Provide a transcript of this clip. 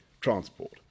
transport